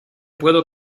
puedo